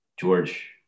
george